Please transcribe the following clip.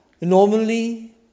Normally